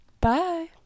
Bye